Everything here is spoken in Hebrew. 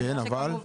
אבל?